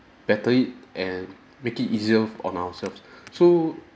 better it and make it easier for on ourselves so